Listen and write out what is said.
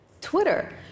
Twitter